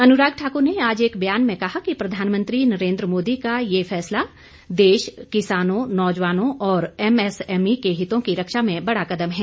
अनुराग ठाकुर ने आज एक ब्यान में कहा कि प्रधानमंत्री नरेंद्र मोदी का यह फैसला देश किसानों नौजवानों और एमएसएमई के हितों की रक्षा में बड़ा कदम है